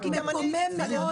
זה מקומם מאוד.